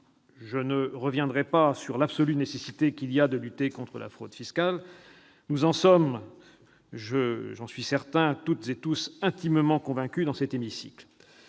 Je ne reviendrai pas sur l'absolue nécessité qu'il y a de lutter contre la fraude fiscale ; nous en sommes, j'en suis certain, toutes et tous intimement convaincus dans cet hémicycle.